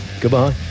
goodbye